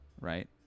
right